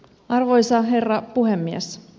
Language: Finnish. arvoisa herra puhemies